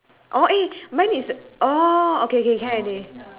mine is not holding eh sher sher mine is not holding circle it